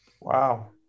Wow